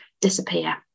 disappear